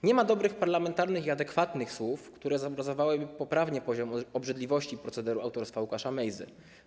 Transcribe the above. Nie ma dobrych parlamentarnych i adekwatnych słów, które zobrazowałyby poprawnie poziom obrzydliwości procederu autorstwa Łukasza Mejzy.